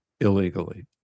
illegally